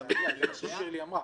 שירלי אמרה